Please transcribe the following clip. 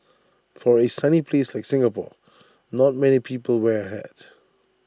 for A sunny place like Singapore not many people wear A hat